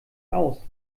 aus